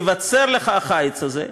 ייווצר לך החיץ הזה,